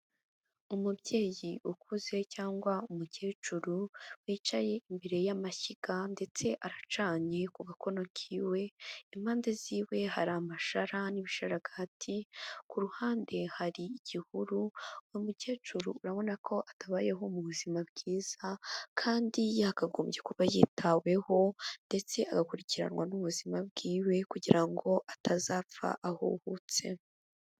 Umubyeyi ukuze cyangwa umukecuru, wicaye imbere y'amashyiga ndetse aracanye ku gakono kiwe, impande ziwe hari amashara n'ibishararagati, ku ruhande hari igihuru, uwo mukecuru urabona ko atabayeho mu buzima bwiza kandi yakagombye kuba yitaweho ndetse agakurikiranwa n'ubuzima bwiwe kugira ngo atazapfa ahuhutse.